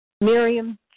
Miriam